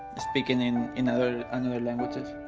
speaking in in other and other languages.